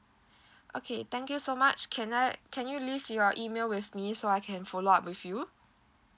okay thank you so much can I can you leave your email with me so I can follow up with you